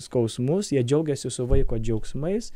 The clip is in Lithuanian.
skausmus jie džiaugiasi su vaiko džiaugsmais